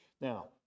Now